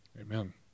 amen